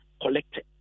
collected